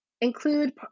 include